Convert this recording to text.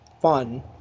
fun